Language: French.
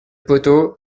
poteau